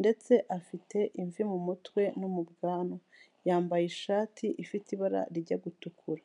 ndetse afite imvi mu mutwe no mu bwanwa yambaye ishati ifite ibara rijya gutukura.